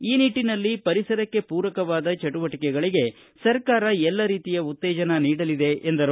ಈ ನಿಟ್ಟನಲ್ಲಿ ಪರಿಸರಕ್ಕೆ ಪೂರಕವಾದ ಚಟುವಟಿಕೆಗಳಿಗೆ ಸರ್ಕಾರ ಎಲ್ಲ ರೀತಿಯ ಉತ್ತೇಜನ ನೀಡಲಿದೆ ಎಂದರು